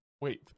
wait